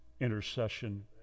intercession